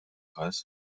każ